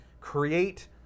create